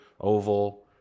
oval